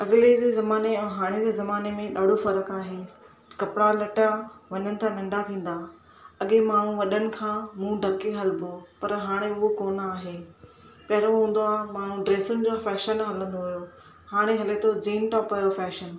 अॻिले जे ज़माने जा हाणे जे ज़माने में ॾाढो फ़र्क़ु आहे कपिड़ा लटा वञनि था नंढा थींदा अॻे माण्हू वॾनि खां मुंहं ढके हलिबो हुओ पर हाणे उहो कोन आहे पहिरियों हूंदो आहे माण्हू ड्रेसियुनि जो फैशन हलंदो हुओ हाणे हले थो पियो जिनि टाप जो फैशन